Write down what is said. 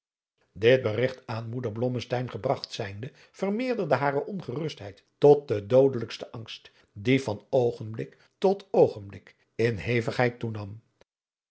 dit berigt aan moeder blommesteyn gebragt zijnde vermeerderde hare ongerustheid tot den doodelijkadriaan loosjes pzn het leven van johannes wouter blommesteyn sten angst die van oogenblik tot oogenblik in hevigheid toenam